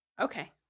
Okay